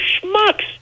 schmucks